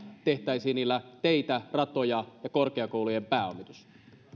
tehtäisiin niillä teitä ratoja ja korkeakoulujen pääomitus